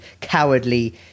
cowardly